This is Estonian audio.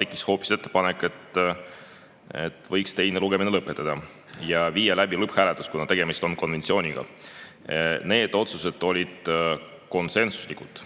Tekkis hoopis ettepanek, et võiks teise lugemise lõpetada ja viia läbi lõpphääletuse, kuna tegemist on konventsiooniga. Need otsused olid konsensuslikud.